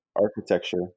architecture